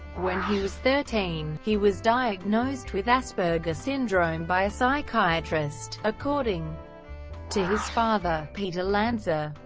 when he was thirteen, he was diagnosed with asperger syndrome by a psychiatrist, according to his father, peter lanza.